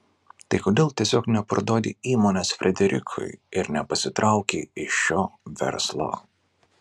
tai kodėl tiesiog neparduodi įmonės frederikui ir nepasitrauki iš šio verslo